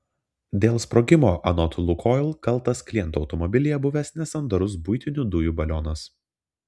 dėl sprogimo anot lukoil kaltas kliento automobilyje buvęs nesandarus buitinių dujų balionas